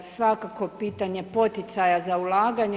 Svakako pitanje poticaja za ulaganje.